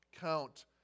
count